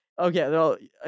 okay